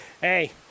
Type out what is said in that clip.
hey